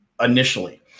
initially